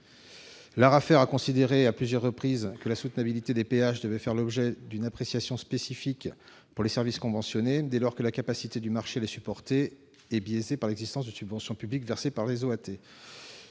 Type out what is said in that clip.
a considéré à plusieurs reprises que la soutenabilité des péages devait faire l'objet d'une appréciation spécifique pour les services conventionnés, dès lors que la capacité du marché à les supporter est biaisée par l'existence d'une subvention publique versée par les